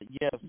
yes